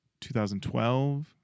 2012